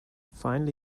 finally